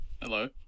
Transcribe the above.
Hello